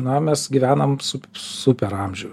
na mes gyvenam su super amžių